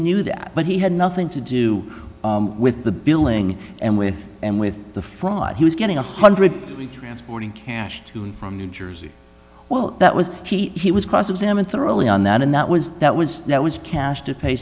knew that but he had nothing to do with the billing and with and with the fraud he was getting one hundred transporting cash to him from new jersey well that was he was cross examined thoroughly on that and that was that was that was cash to pay